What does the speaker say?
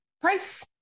price